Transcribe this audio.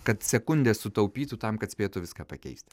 kad sekundę sutaupytų tam kad spėtų viską pakeisti